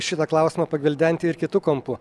šitą klausimą pagvildenti ir kitu kampu